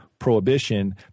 prohibition